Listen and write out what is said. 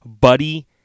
Buddy